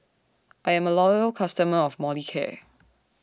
I'm A Loyal customer of Molicare